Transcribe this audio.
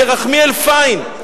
ירחמיאל פיין,